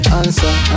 answer